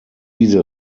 diese